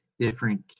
different